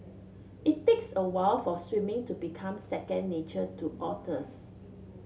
it takes a while for swimming to become second nature to otters